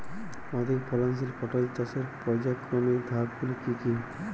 অধিক ফলনশীল পটল চাষের পর্যায়ক্রমিক ধাপগুলি কি কি?